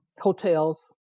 hotels